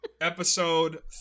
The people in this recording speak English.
episode